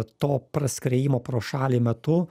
to praskriejimo pro šalį metu